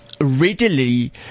readily